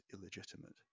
illegitimate